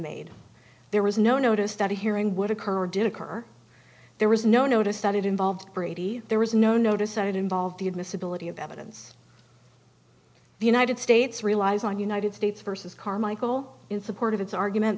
made there was no notice that a hearing would occur did occur there was no notice that it involved brady there was no notice that it involved the admissibility of evidence the united states relies on united states versus carmichael in support of its argument